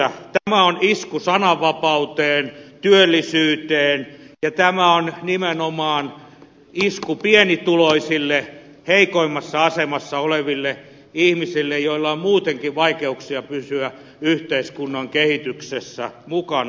tämä on isku sananvapauteen työllisyyteen ja tämä on nimenomaan isku pienituloisille heikoimmassa asemassa oleville ihmisille joilla on muutenkin vaikeuksia pysyä yhteiskunnan kehityksessä mukana